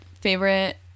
favorite